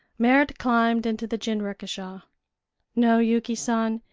merrit climbed into the jinrikisha no, yuki san,